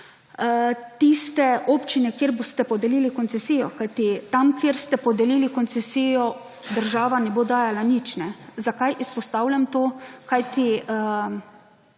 občine, kjer boste podelili koncesijo? Kajti, tam, kjer ste podelili koncesijo, država ne bo dajala nič. Zakaj izpostavljam to? Kajti,